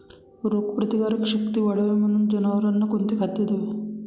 रोगप्रतिकारक शक्ती वाढावी म्हणून जनावरांना कोणते खाद्य द्यावे?